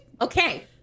Okay